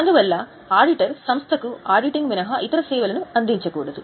అందువల్ల ఆడిటర్ సంస్థకు ఆడిటింగ్ మినహా ఇతర సేవలను అందించకూడదు